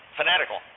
fanatical